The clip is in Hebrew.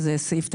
שזה סעיף תקציבי?